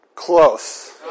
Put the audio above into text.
Close